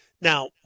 Now